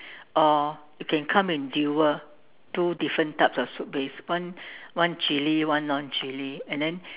or it can come in dual two different types of soup base one one chili and one non chili and then